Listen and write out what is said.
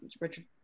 Richard